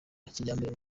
kijyambere